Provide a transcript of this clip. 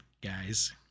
guys